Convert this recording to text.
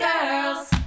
girls